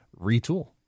retool